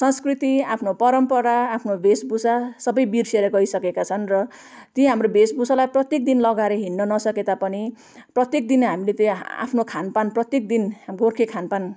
संस्कृति आफ्नो परम्परा आफ्नो भेषभूषा सबै बिर्सिएर गइसकेका छन् र ती हाम्रो भेषभूषालाई प्रत्येक दिन लगार हिँड्न नसके तापनि प्रत्येक दिन हामीले त्यही आफ्नो खानपान प्रत्येक दिन गोर्खे खानपान